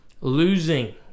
Losing